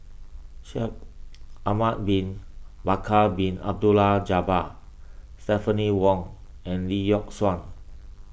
Shaikh Ahmad Bin Bakar Bin Abdullah Jabbar Stephanie Wong and Lee Yock Suan